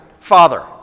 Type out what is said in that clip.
Father